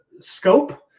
scope